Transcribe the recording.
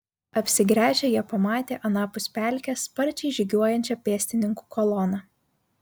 apsigręžę jie pamatė anapus pelkės sparčiai žygiuojančią pėstininkų koloną